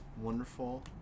wonderful